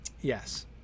yes